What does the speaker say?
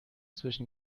zwischen